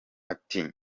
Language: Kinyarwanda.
ati